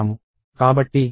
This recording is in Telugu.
కాబట్టి సమ్ అనేది 1 అవుతుంది